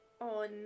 on